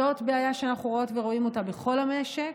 זאת בעיה שאנחנו רואות ורואים אותה בכל המשק,